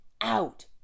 out